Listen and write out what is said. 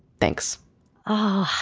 thanks oh